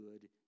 good